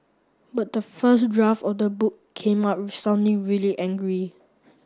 but the first draft of the book came out sounding really angry